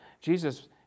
Jesus